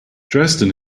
dresden